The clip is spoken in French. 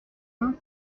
vingt